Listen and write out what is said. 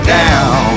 down